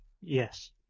Yes